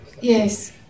yes